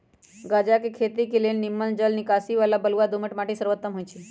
गञजा के खेती के लेल निम्मन जल निकासी बला बलुआ दोमट माटि सर्वोत्तम होइ छइ